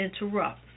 interrupt